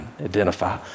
Identify